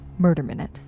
murderminute